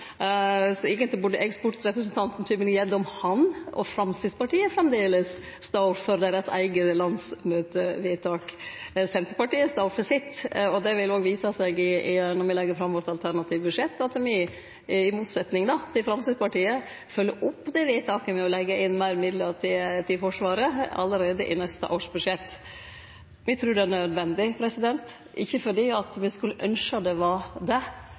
Så eigentleg burde eg spurt representanten Tybring-Gjedde om han og Framstegspartiet framleis står for deira eige landsmøtevedtak. Senterpartiet står for sitt, og det vil òg vise seg når me legg fram vårt alternative budsjett at me, i motsetning til Framstegspartiet, følgjer opp vedtaket ved å leggje inn meir midlar til Forsvaret allereie i neste års budsjett. Me trur det er nødvendig, ikkje fordi vi skulle ynskje det var det,